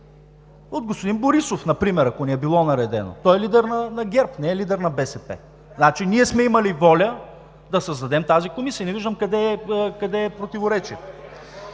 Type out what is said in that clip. От господин Борисов например, ако ни е било наредено. Той е лидер на ГЕРБ, не е лидер на БСП. Значи ние сме имали воля да създадем тази Комисия. Не виждам къде е противоречието?